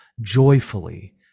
joyfully